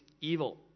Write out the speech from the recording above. evil